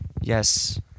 Yes